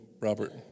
Robert